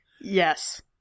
Yes